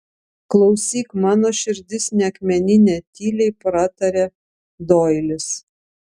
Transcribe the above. klausyk mano širdis ne akmeninė tyliai pratarė doilis